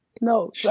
No